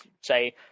say